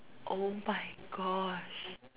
!oh-my-gosh!